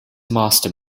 master